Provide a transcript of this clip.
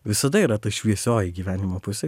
visada yra ta šviesioji gyvenimo pusė